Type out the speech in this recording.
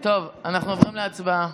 טוב, אנחנו עוברים להצבעה.